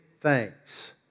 thanks